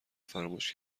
فراموش